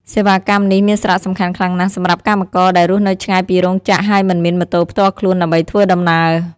សេវាកម្មនេះមានសារៈសំខាន់ខ្លាំងណាស់សម្រាប់កម្មករដែលរស់នៅឆ្ងាយពីរោងចក្រ ហើយមិនមានម៉ូតូផ្ទាល់ខ្លួនដើម្បីធ្វើដំណើរ។